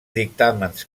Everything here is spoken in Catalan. dictàmens